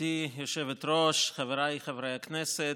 גברתי היושבת-ראש, חבריי חברי הכנסת,